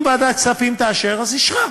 אם ועדת כספים תאשר, אז אישרה,